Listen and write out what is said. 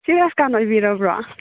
ꯁꯤ ꯔꯥꯁꯇꯥꯟ ꯑꯣꯏꯕꯤꯔꯕ꯭ꯔꯣ